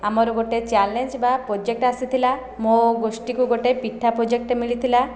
ଆମର ଗୋଟିଏ ଚ୍ୟାଲେଞ୍ଜ ବା ପ୍ରୋଜେକ୍ଟ ଆସିଥିଲା ମୋ ଗୋଷ୍ଠୀକୁ ଗୋଟିଏ ପିଠା ପ୍ରୋଜେକ୍ଟ ମିଳିଥିଲା